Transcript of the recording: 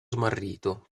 smarrito